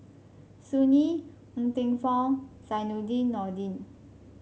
Sun Yee Ng Teng Fong Zainudin Nordin